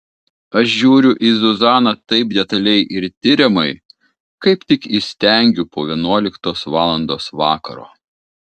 aš žiūriu į zuzaną taip detaliai ir tiriamai kaip tik įstengiu po vienuoliktos valandos vakaro